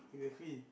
exactly